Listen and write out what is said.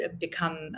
become